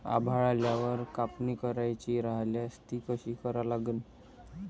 आभाळ आल्यावर कापनी करायची राह्यल्यास ती कशी करा लागन?